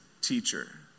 teacher